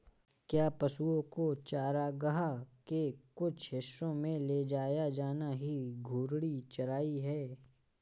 क्या पशुओं को चारागाह के कुछ हिस्सों में ले जाया जाना ही घूर्णी चराई है?